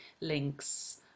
links